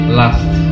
last